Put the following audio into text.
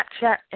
Snapchat